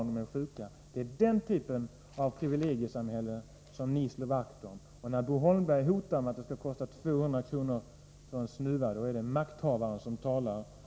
Ni slår vakt om den typ av privilegiesamhälle som gynnar de rika — och när Bo Holmberg säger att det skall kosta 200 kr. för en snuva är det en makthavare som talar.